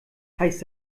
heißt